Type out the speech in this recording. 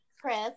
Chris